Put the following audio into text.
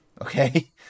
Okay